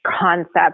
concept